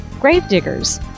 gravediggers